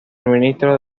ministro